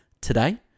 Today